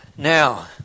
Now